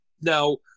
Now